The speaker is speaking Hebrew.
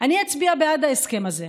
אני אצביע בעד ההסכם הזה.